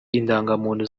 indangamuntu